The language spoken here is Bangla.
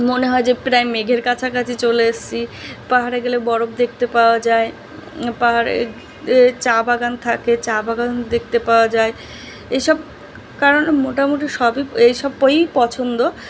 মনে হয় যে প্রায় মেঘের কাছাকাছি চলে এসছি পাহাড়ে গেলে বরফ দেখতে পাওয়া যায় পাহাড়ের এ চা বাগান থাকে চা বাগান দেখতে পাওয়া যায় এসব কারণে মোটামুটি সবই এইসবই পছন্দ